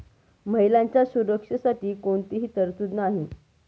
महिलांच्या सुरक्षेसाठी कोणतीही तरतूद नाही